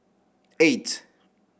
eight